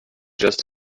just